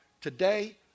Today